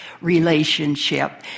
relationship